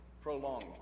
Prolonged